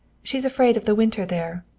she's afraid of the winter there.